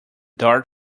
dart